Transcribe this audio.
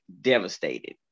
devastated